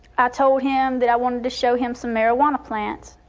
i told him that i wanted to show him some marijuana plants.